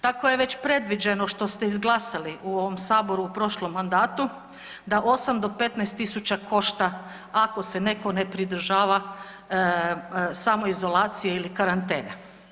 Tako je već predviđeno što ste izglasali u ovom saboru u prošlom mandatu da 8 do 15 tisuća košta ako se netko ne pridržava samoizolacije ili karantene.